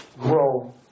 grow